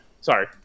Sorry